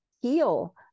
heal